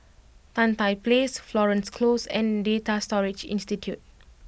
Tan Tye Place Florence Close and Data Storage Institute